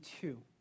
two